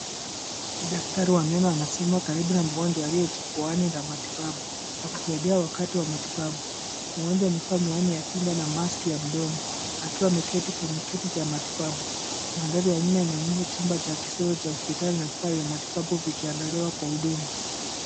Daktari wa meno anasimama karibu na mgonjwa aliye jukwaani la matibabu akisaidiwa wakati wa matibabu. Mgonjwa amevaa miwani ya kinga na maski ya mdomo akiwa ameketi kwenye kiti cha matibabu. Mandhari ya nyuma yanaonyesha chumba cha kisasa cha hospitali na vifaa vya matibabu vikiandaliwa kwa huduma.